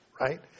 Right